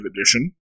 Edition